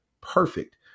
Perfect